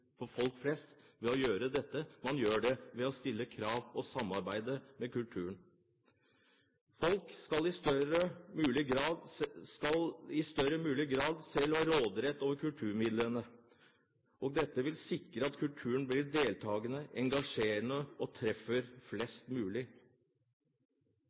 for folk flest. Det får man ved å stille krav og ved å samarbeide om kulturen. Folk skal i størst mulig grad selv ha råderett over kulturmidlene. Dette vil sikre at kulturen blir deltagende og engasjerende, og at den treffer